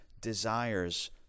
desires